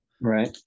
right